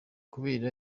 kubera